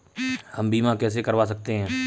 हम बीमा कैसे करवा सकते हैं?